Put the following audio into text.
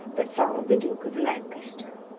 but followed the duke of lancaster.